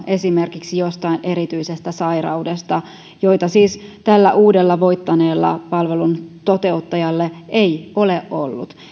esimerkiksi jostain erityisestä sairaudesta aivan perustietoa jota siis tällä uudella voittaneella palveluntoteuttajalla ei ole ollut